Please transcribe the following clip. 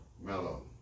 Mellow